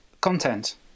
content